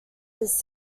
his